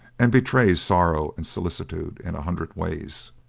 and betrays sorrow and solicitude in a hundred ways.